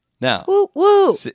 Now